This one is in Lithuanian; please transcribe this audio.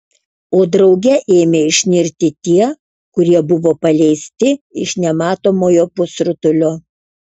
o drauge ėmė išnirti tie kurie buvo paleisti iš nematomojo pusrutulio